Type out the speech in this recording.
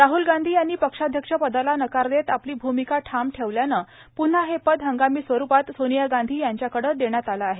राहल गांधी यांनी पक्षाध्यक्ष पदाला नकार देत आपली भुमीका ठाम ठेवल्यानं प्न्हा हे पद हंगामी स्वरूपात सोनिया गांधी यांच्याकडे आलं आहे